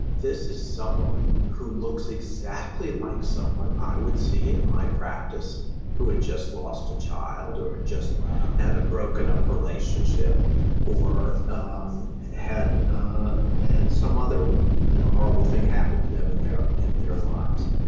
this is someone who looks exactly like someone i would see in my practice who had just lost a child or just had a broken up relationship or um had and some other you know horrible thing happened to them in their in their lives.